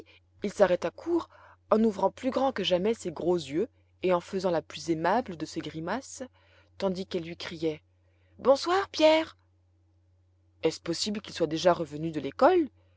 il s'arrêta court eu ouvrant plus grands que jamais ses gros yeux et en faisant la plus aimable de ses grimaces tandis qu'elle lui criait bonsoir pierre est-ce possible qu'il soit déjà revenu de l'école